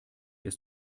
ist